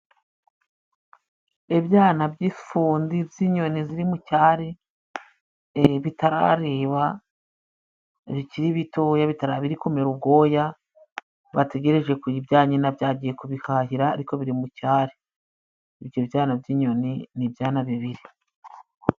Ibyana by'ifundi z'inyoni ziri mu cyari bitarareba bikiri bitoya bitara biri kumera ubwoya bategereje bya nyina byagiye kubi hahira ariko biri mu cyari ibyo byana by'inyoni n'ibibiri.